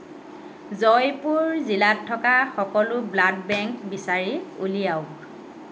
জয়পুৰ জিলাত থকা সকলো ব্লাড বেংক বিচাৰি উলিয়াওক